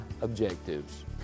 objectives